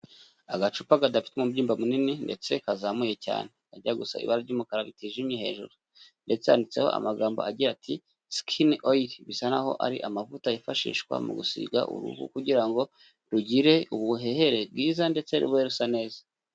Agacupa kadafite umubyimba munini ndetse kazamuye cyane kajya gusa ibara ry'umukara ritijimye hejuru, ndetse yanditseho amagambo agira ati sikini oyiri, bisa naho ari amavuta yifashishwa mu gusiga uruhu kugira ngo rugire ubuhehere bwiza ndetse rube rusa neza.